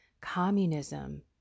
Communism